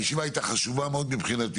הישיבה הייתה חשובה מאוד מבחינתי,